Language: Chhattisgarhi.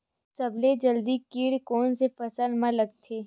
सबले जल्दी कीट कोन से फसल मा लगथे?